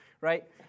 right